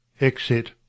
Exit